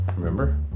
remember